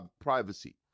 privacy